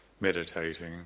meditating